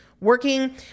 working